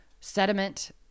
sediment